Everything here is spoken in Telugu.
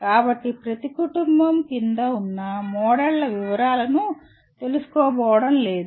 కాబట్టి మనం ప్రతి కుటుంబం కింద ఉన్న మోడళ్ల వివరాలను తెలుసుకోబోవడం లేదు